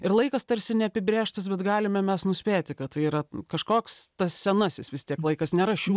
ir laikas tarsi neapibrėžtas bet galime mes nuspėti kad tai yra kažkoks tas senasis vis tiek laikas nėra šių